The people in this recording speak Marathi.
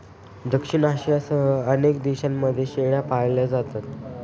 दक्षिण आशियासह अनेक देशांमध्ये शेळ्या पाळल्या जातात